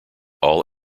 all